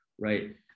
right